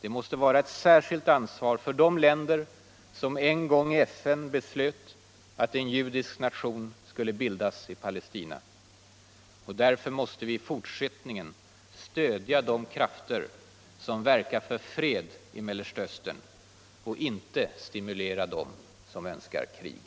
bör vara ett särskilt ansvar för de länder som en gång i FN beslöt att en judisk nation skulle bildas i Palestina. Också därför måste vi i fortsättningen stödja de krafter som verkar för fred i Mellersta Östern och inte stimulera dem som önskar krig.